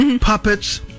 puppets